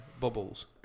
bubbles